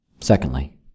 Secondly